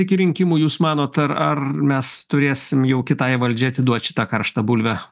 iki rinkimų jūs manot ar ar mes turėsim jau kitai valdžiai atiduot šitą karštą bulvę